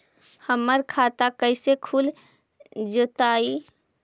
हमर खाता कैसे खुल जोताई?